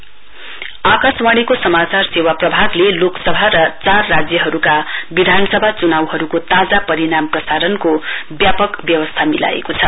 election result Akashvani समाचार सेवा प्रभागले लोकसभा र चार राज्यहरुका विधानसभा चुनाउहरुको ताजा परिमाणहरु प्रसारण व्यापक व्यवस्था मिलाएको छ